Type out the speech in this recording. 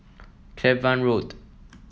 Cavan Road